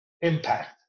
impact